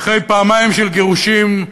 אחרי גירושים פעמַיים,